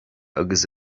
agus